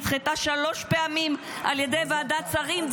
ההצעה הזו נדחתה שלוש פעמים על ידי ועדת שרים,